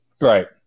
Right